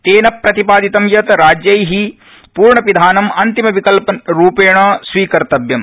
तेन प्रतिपादितं यत् राज्य पूर्णपिधानम् अन्तिमविकल्परूपेण एव स्वीकर्तव्यम्